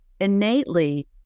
innately